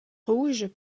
rouges